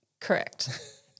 Correct